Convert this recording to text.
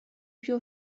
più